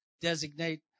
designate